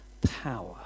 power